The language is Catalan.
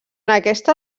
aquesta